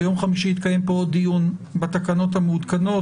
ביום חמישי יתקיים פה עוד דיון בתקנות המעודכנות,